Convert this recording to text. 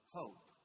hope